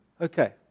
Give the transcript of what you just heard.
Okay